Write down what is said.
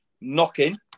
knocking